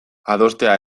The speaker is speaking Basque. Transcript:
adostea